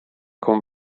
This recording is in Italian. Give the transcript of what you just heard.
con